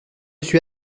suis